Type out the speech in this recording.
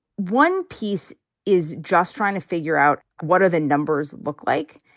one piece is just trying to figure out what are the numbers look like?